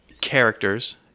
characters